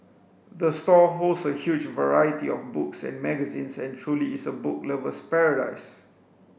the store holds a huge variety of books and magazines and truly is a book lover's paradise